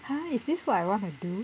!huh! is this what I want to do